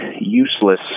useless